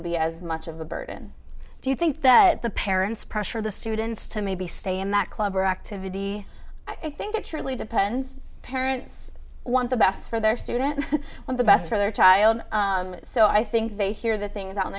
to be as much of a burden do you think that the parents pressure the students to maybe stay in that club or activity i think it truly depends parents want the best for their student when the best for their child so i think they hear the things out in